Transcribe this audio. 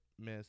miss